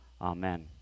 Amen